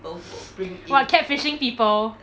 what cat fishing people